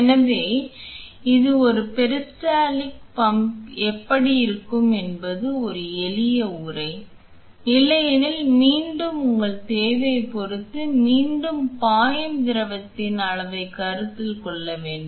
எனவே இது ஒரு பெரிஸ்டால்டிக் பம்ப் எப்படி இருக்கும் என்பது ஒரு எளிய உறை இல்லையெனில் மீண்டும் உங்கள் தேவையைப் பொறுத்து மீண்டும் பாயும் திரவத்தின் அளவைக் கருத்தில் கொள்ள வேண்டும்